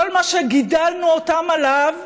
כל מה שגידלנו אותם עליו,